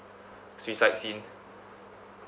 suicide scene